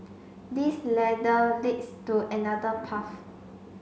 this ladder leads to another path